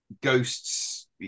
Ghosts